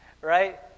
right